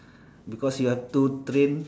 because you have too trained